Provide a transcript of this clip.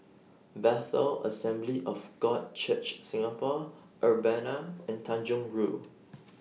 Bethel Assembly of God Church Singapore Urbana and Tanjong Rhu